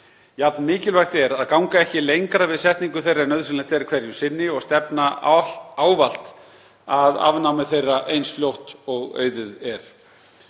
Jafn mikilvægt er að ganga ekki lengra við setningu þeirra en nauðsynlegt er hverju sinni og stefna ávallt að afnámi þeirra eins fljótt og auðið er.